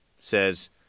says